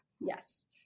Yes